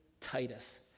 Titus